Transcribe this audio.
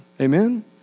Amen